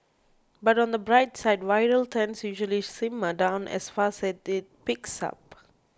but on the bright side viral tends usually simmer down as fast as it peaks up